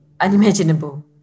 unimaginable